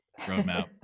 roadmap